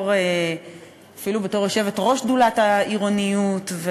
אפילו בתור יושבת-ראש שדולת העירוניות,